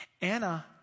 Anna